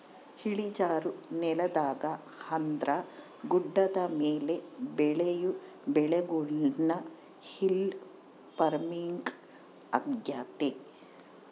ಇಳಿಜಾರು ನೆಲದಾಗ ಅಂದ್ರ ಗುಡ್ಡದ ಮೇಲೆ ಬೆಳಿಯೊ ಬೆಳೆಗುಳ್ನ ಹಿಲ್ ಪಾರ್ಮಿಂಗ್ ಆಗ್ಯತೆ